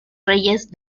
reyes